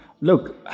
look